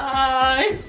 i